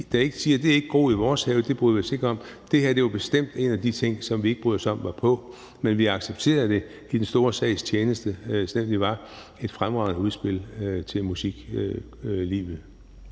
Der vil være ting, som ikke er groet i vores have, og som vi ikke bryder os om. Det her er bestemt en af de ting, som vi ikke bryder os om var på, men vi accepterede det i den store sags tjeneste. Det var et fremragende udspil til musiklivet.